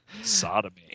sodomy